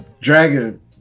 Dragon